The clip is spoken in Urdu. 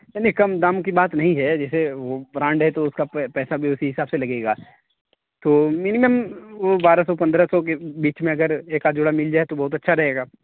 نہیں نہیں کم دام کی بات نہیں ہے جیسے وہ برانڈ ہے تو اس کا پیسہ بھی اسی حساب سے لگے گا تو منیمم وہ بارہ سو پندرہ سو کے بیچ میں اگر ایک آدھ جوڑا مل جائے تو بہت اچھا رہے گا